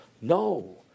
No